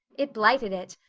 it blighted it.